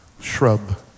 shrub